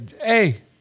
Hey